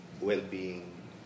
well-being